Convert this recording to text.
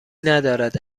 ندارد